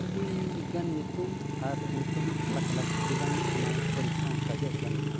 ᱟᱹᱰᱤᱜᱟᱱ ᱧᱩᱛᱩᱢ ᱟᱨ ᱧᱩᱛᱩᱢ ᱟᱞᱟᱠ ᱟᱞᱟᱠ ᱟᱹᱰᱤ ᱜᱟᱱ ᱚᱱᱟ ᱯᱟᱹᱨᱤᱥ ᱦᱚᱸ ᱟᱹᱰᱤᱜᱟᱱ ᱢᱮᱱᱟᱜᱼᱟ